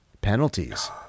Penalties